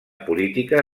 política